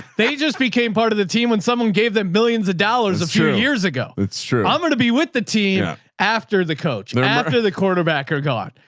they just became part of the team. when someone gave them millions of dollars a few years ago, it's true. i'm going to be with the team after the coach, after the quarterback or god,